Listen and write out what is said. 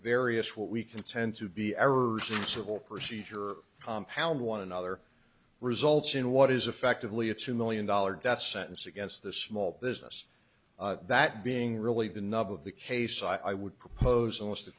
various what we can tend to be errors in civil procedure or compound one another results in what is effectively a two million dollar death sentence against the small business that being really the nub of the case i would propose a list